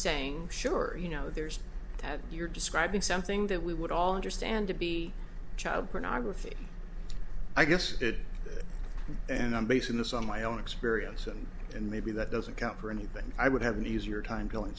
saying sure you know there's that you're describing something that we would all understand to be child pornography i guess and i'm basing this on my own experience and and maybe that doesn't count for anything i would have an easier time doing